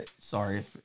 Sorry